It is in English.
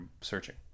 searching